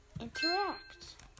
interact